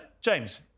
James